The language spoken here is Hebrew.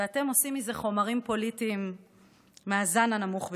ואתם עושים מזה חומרים פוליטיים מהזן הנמוך ביותר.